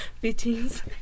Beatings